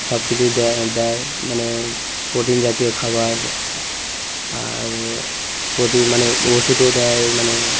সব কিছুই দে দেয় মানে প্রোটিন জাতীয় খাবার আ আর প্রতিদিন মানে ওষুধও দেয় মানে